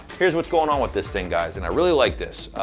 here's what's going on with this thing, guys, and i really like this.